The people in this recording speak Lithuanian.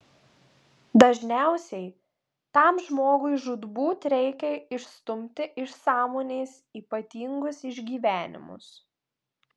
dažniausiai tam žmogui žūtbūt reikia išstumti iš sąmonės ypatingus išgyvenimus